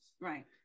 Right